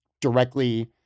directly